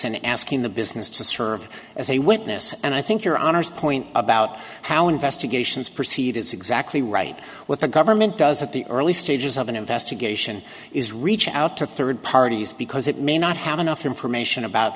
and asking the business to serve as a witness and i think your honour's point about how investigations proceed is exactly right what the government does at the early stages of an investigation is reaching out to third parties because it may not have enough information about